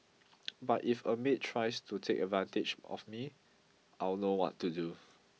but if a maid tries to take advantage of me I'll know what to do